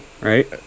right